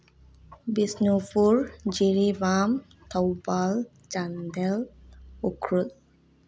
Bishnupur Jiribam Thoubal Chandel Ukhrul